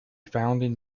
founding